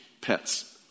Pets